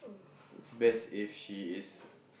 it's best if she is